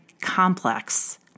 complex